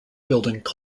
building